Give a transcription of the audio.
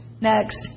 next